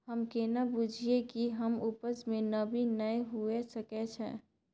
हम केना बुझीये कि हमर उपज में नमी नय हुए सके छै?